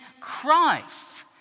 christ